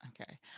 okay